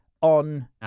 on